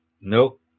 Nope